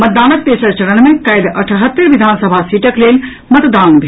मतदानक तेसर चरण मे काल्हि अठहत्तरि विधानसभा सीटक लेल मतदान भेल